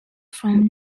from